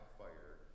fire